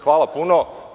Hvala puno.